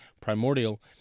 Primordial